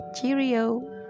cheerio